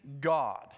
God